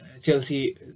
chelsea